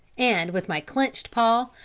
and, with my clenched paw,